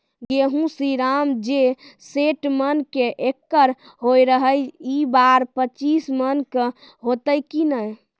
गेहूँ श्रीराम जे सैठ मन के एकरऽ होय रहे ई बार पचीस मन के होते कि नेय?